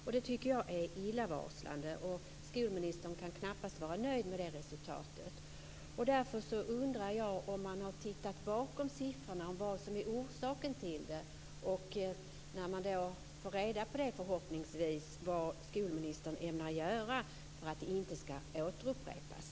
Jag tycker att det är illavarslande, och skolministern kan knappast vara nöjd med det resultatet. Jag undrar om man har undersökt vad som är orsaken till det inträffade. När man förhoppningsvis får reda på det, vad ämnar skolministern då göra för att det inte skall upprepas?